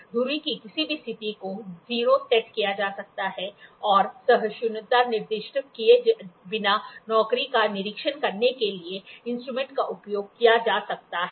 धुरी की किसी भी स्थिति को 0 सेट किया जा सकता है और सहिष्णुता निर्दिष्ट किए बिना नौकरी का निरीक्षण करने के लिए इंस्ट्रूमेंट का उपयोग किया जा सकता है